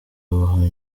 olivier